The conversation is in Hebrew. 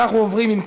חבר הכנסת עפר שלח,